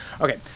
Okay